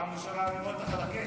פעם ראשונה אני רואה אותך על הכס.